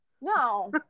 No